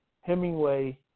Hemingway